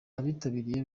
abitabiriye